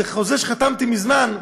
זה חוזה שחתמתי מזמן.